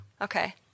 Okay